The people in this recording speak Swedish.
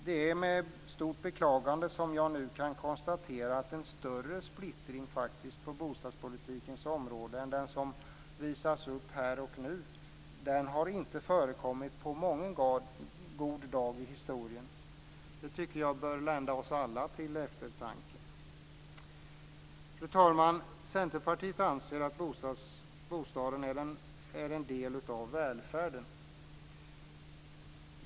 Det är med stort beklagande jag nu kan konstatera att en större splittring på bostadspolitikens område än den som visas upp här och nu inte har förekommit på mången god dag i historien. Det tycker jag bör lända oss alla till eftertanke. Fru talman! Centerpartiet anser att bostaden är en del av välfärden.